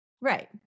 Right